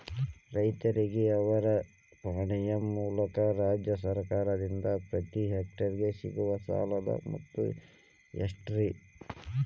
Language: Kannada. ರೈತರಿಗೆ ಅವರ ಪಾಣಿಯ ಮೂಲಕ ರಾಜ್ಯ ಸರ್ಕಾರದಿಂದ ಪ್ರತಿ ಹೆಕ್ಟರ್ ಗೆ ಸಿಗುವ ಸಾಲದ ಮೊತ್ತ ಎಷ್ಟು ರೇ?